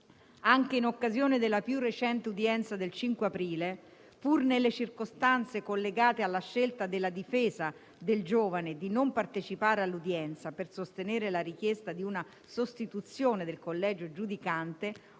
Anche in occasione della più recente udienza del 5 aprile, pur nelle circostanze collegate alla scelta della difesa del giovane di non partecipare all'udienza per sostenere la richiesta di una sostituzione del collegio giudicante,